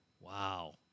Wow